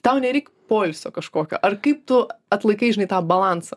tau nereik poilsio kažkokio ar kaip tu atlaikai žinai tą balansą